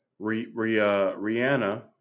Rihanna